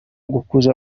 gukuza